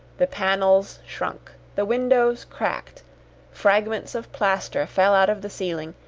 the panels shrunk, the windows cracked fragments of plaster fell out of the ceiling,